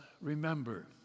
remember